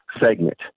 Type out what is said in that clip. segment